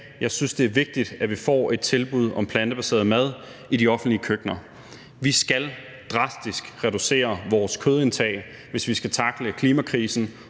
Jeg synes, det er vigtigt, at vi får et tilbud om plantebaseret mad i de offentlige køkkener. Vi skal reducere vores kødindtag drastisk, hvis vi skal tackle klimakrisen